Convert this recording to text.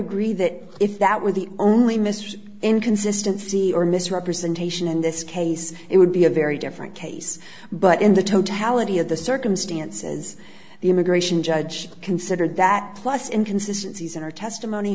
agree that if that were the only mystery inconsistency or misrepresentation in this case it would be a very different case but in the totality of the circumstances the immigration judge considered that plus inconsistent season her testimony